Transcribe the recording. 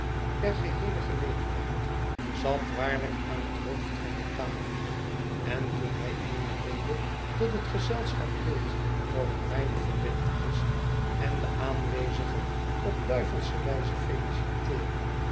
der geheeie gelegenheid zat waarlijk aan het hoofd van de tafel en toen hij eene rede tot het gezelschap hield over mijne verbintenis en de aanwezigen op duivelsche wijze feliciteerde